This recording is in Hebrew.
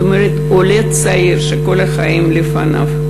זאת אומרת, עולה צעיר, שכל החיים לפניו.